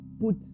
put